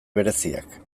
bereziak